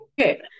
okay